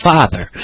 Father